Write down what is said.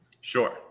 sure